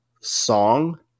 song